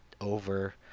over